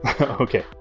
Okay